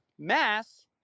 mass